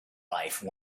life